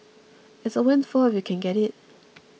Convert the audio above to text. it's a windfall if you can get it